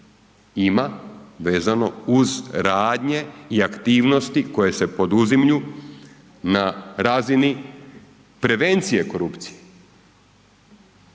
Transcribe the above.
Ima vezano uz radnje i aktivnosti koje se poduzimlju na razini prevencije korupcije